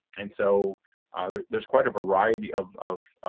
and so there's quite a variety of of